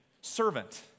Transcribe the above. servant